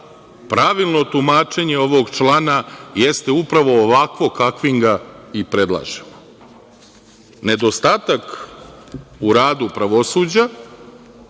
pravilno tumačenje ovog člana jeste upravo ovakvo kakvim ga i predlažemo. Nedostatak u radu pravosuđa,